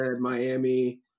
Miami